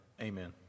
Amen